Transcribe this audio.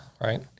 right